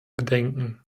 bedenken